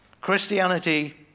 Christianity